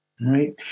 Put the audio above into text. Right